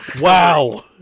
Wow